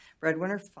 breadwinner